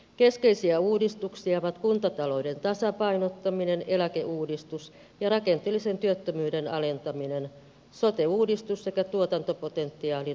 keskeisiä uudistuksia ovat kuntatalouden tasapainottaminen eläkeuudistus ja rakenteellisen työttömyyden alentaminen sote uudistus sekä tuotantopotentiaalin nostaminen